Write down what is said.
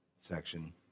section